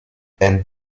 and